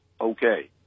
okay